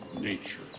nature